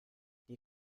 die